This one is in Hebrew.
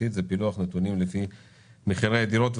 פילוח לפי החברה הערבית,